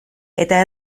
eta